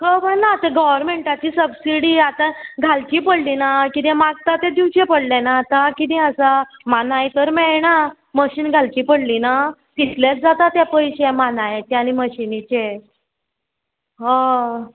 खबरना आतां गोवोरमेंटाची सबसिडी आतां घालची पडली ना किदें मागता तें दिवचें पडलें ना आतां किदें आसा मानाय तर मेळना मशीन घालची पडली ना तितलेंच जाता तें पयशे मानायचे आनी मशिनीचे हय